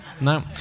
No